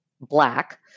black